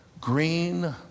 green